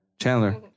Chandler